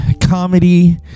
Comedy